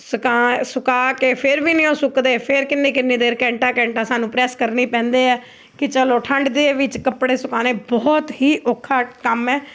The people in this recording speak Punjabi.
ਸੁਕਾ ਸੁਕਾ ਕੇ ਫਿਰ ਵੀ ਨਹੀਂ ਉਹ ਸੁੱਕਦੇ ਫਿਰ ਕਿੰਨੀ ਕਿੰਨੀ ਦੇਰ ਘੰਟਾ ਘੰਟਾ ਸਾਨੂੰ ਪ੍ਰੈਸ ਕਰਨੀ ਪੈਂਦੇ ਹੈ ਕਿ ਚਲੋ ਠੰਡ ਦੇ ਵਿੱਚ ਕੱਪੜੇ ਸੁਕਾਉਣੇ ਬਹੁਤ ਹੀ ਔਖਾ ਕੰਮ ਹੈ